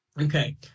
Okay